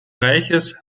reiches